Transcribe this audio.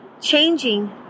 changing